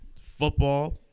football